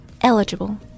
Eligible